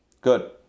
Good